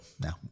now